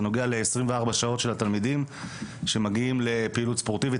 זה נוגע ל- 24 שעות של התלמידים שמגיעים לפעילות ספורטיבית,